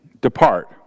depart